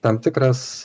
tam tikras